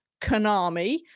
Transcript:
Konami